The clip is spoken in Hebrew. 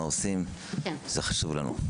זה חשוב לנו.